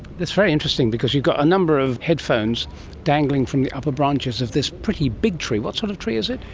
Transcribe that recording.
very interesting because you've got a number of headphones dangling from the upper branches of this pretty big tree. what sort of tree is it?